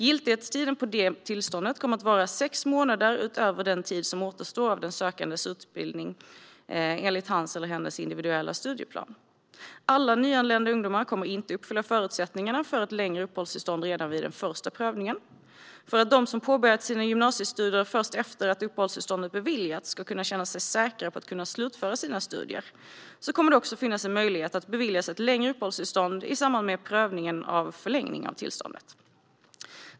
Giltighetstiden på det tillståndet kommer att vara sex månader utöver den tid som återstår av den sökandes utbildning enligt hans eller hennes individuella studieplan. Alla nyanlända ungdomar kommer inte att uppfylla förutsättningarna för ett längre uppehållstillstånd redan vid den första prövningen. För att de som påbörjat sina gymnasiestudier först efter att uppehållstillstånd har beviljats ska kunna känna sig säkra på att kunna slutföra sina studier kommer det också att finnas en möjlighet att beviljas ett längre uppehållstillstånd i samband med prövningen av förlängning av tillståndet.